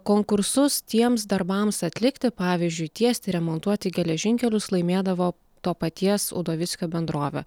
konkursus tiems darbams atlikti pavyzdžiui tiesti remontuoti geležinkelius laimėdavo to paties udovickio bendrovė